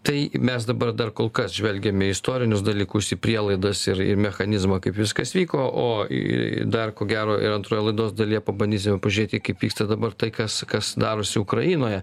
tai mes dabar dar kol kas žvelgiame į istorinius dalykus prielaidas ir ir mechanizmą kaip viskas vyko o į dar ko gero ir antroje laidos dalyje pabandysime pažiūrėti kaip vyksta dabar tai kas kas darosi ukrainoje